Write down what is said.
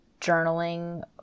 journaling